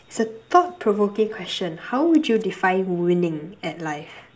is a thought provoking question how would you define winning at life